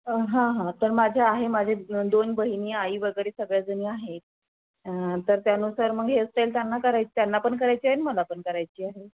हां हां तर माझ्या आहे माझे दोन बहिनी आई वगैरे सगळ्याजणी आहेत तर त्यानुसार मग हेअरस्टाईल त्यांना कराय त्यांना पण करायची आहे आणि मला पण करायची आहे